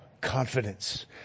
confidence